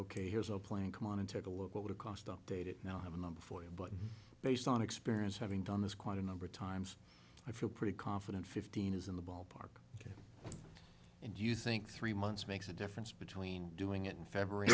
ok here's a plan come on and take a look what would cost updated now i have a number for you but based on experience having done this quite a number of times i feel pretty confident fifteen is in the ballpark and you think three months makes a difference between doing it in february